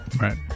right